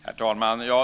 Herr talman!